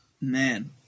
Man